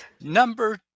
Number